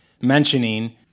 mentioning